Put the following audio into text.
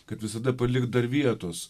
kad visada palik dar vietos